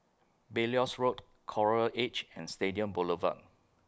Belilios Road Coral Edge and Stadium Boulevard